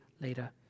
later